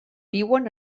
viuen